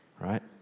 right